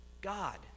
God